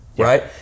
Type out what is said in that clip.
right